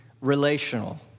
Relational